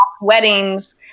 weddings